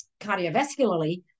cardiovascularly